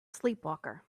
sleepwalker